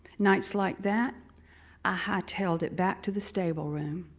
nights like that i high-tailed it back to the stable room.